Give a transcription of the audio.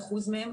91% מהם,